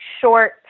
short